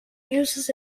uses